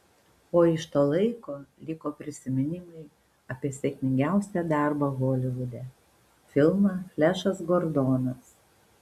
o iš to laiko liko prisiminimai apie sėkmingiausią darbą holivude filmą flešas gordonas